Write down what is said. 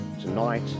tonight